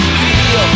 feel